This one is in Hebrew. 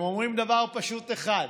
הם אומרים דבר פשוט אחד: